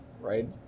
right